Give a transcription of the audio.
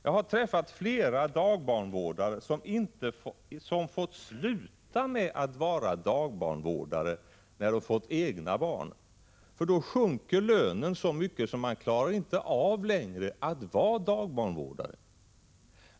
Jag har träffat flera dagbarnvårdare som måst sluta med att vara dagbarnvårdare när de fått egna barn, för då sjunker lönen så mycket att de inte längre klarar av att vara dagbarnvårdare.